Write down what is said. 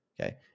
okay